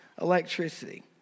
electricity